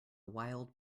wild